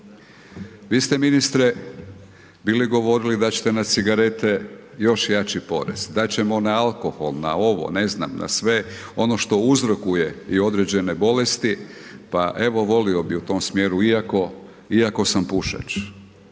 Vi ste ministre bili govorili dati ćete na cigarete još jači porez, dati ćemo na alkohol, na ovo, ne znam na sve ono što uzrokuje i određene bolesti. Pa evo, volio bih u tom smjeru iako sam pušač.